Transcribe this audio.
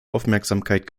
aufmerksamkeit